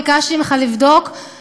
ביקשתי ממך לבדוק,